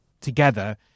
together